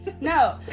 No